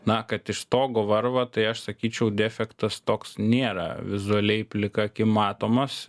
na kad iš stogo varva tai aš sakyčiau defektas toks nėra vizualiai plika akim matomas